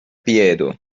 piedo